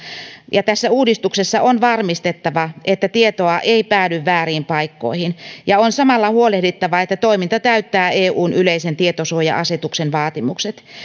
ja tässä uudistuksessa on varmistettava että tietoa ei päädy vääriin paikkoihin ja on samalla huolehdittava että toiminta täyttää eun yleisen tietosuoja asetuksen vaatimukset